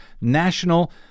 national